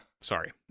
Sorry